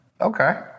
Okay